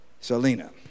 Selena